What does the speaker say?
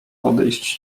odejść